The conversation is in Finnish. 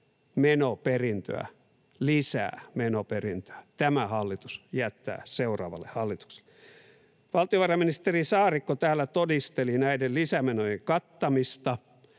verran lisää menoperintöä tämä hallitus jättää seuraavalle hallitukselle. Valtiovarainministeri Saarikko täällä todisteli näiden lisämenojen kattamista.